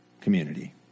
community